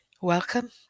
Welcome